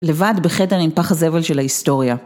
לבד בחדר עם פח זבל של ההיסטוריה.